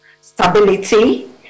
stability